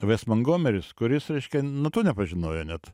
ves mangomeris kuris reiškia natų nepažinojo net